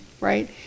right